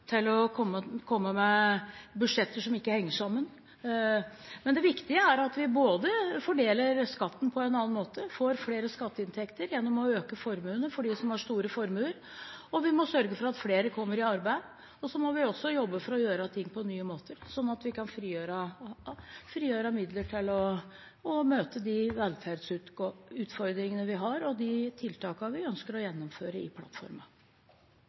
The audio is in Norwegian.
komme med budsjett som ikke henger sammen. Det viktige er at vi fordeler skatten på en annen måte og får flere skatteinntekter gjennom å øke formuesskatten for dem som har store formuer. Vi må sørge for at flere kommer i arbeid, og vi må også jobbe for å gjøre ting på nye måter, slik at vi kan frigjøre midler til å møte de velferdsutfordringene vi har, og de tiltakene i plattformen vi ønsker å gjennomføre. Jeg stiller meg i